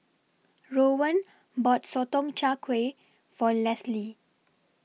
Rowan bought Sotong Char Kway For Lesly